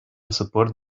support